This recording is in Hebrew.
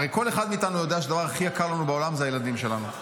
הרי כל אחד מאיתנו יודע שהדבר הכי יקר לנו בעולם זה הילדים שלנו.